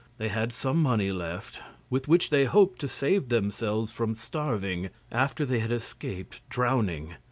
they had some money left, with which they hoped to save themselves from starving, after they had escaped drowning.